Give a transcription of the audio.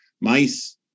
Mice